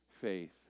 faith